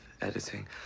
editing